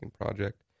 Project